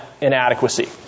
inadequacy